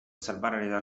salvare